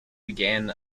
began